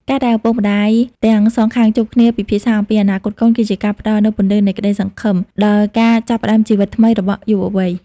ការដែលឪពុកម្ដាយទាំងសងខាងជួបគ្នាពិភាក្សាអំពីអនាគតកូន គឺជាការផ្ដល់នូវ "ពន្លឺនៃក្ដីសង្ឃឹម" ដល់ការចាប់ផ្តើមជីវិតថ្មីរបស់យុវវ័យ។